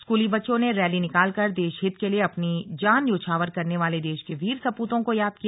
स्कूली बच्चो ने रैली निकाल कर देश हित के लिए अपनी जान न्योछावर करने वाले देश के वीर सपूतों को याद किया